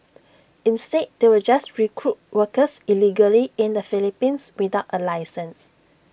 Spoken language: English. instead they will just recruit workers illegally in the Philippines without A licence